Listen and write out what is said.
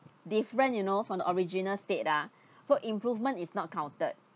different you know from the original state ah so improvement is not counted